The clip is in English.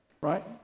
right